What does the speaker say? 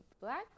Black